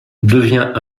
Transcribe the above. devient